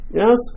yes